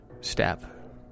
step